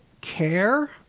care